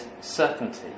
certainty